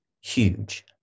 huge